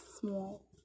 small